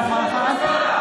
בקואליציה, (קוראת בשמות חברי הכנסת)